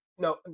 No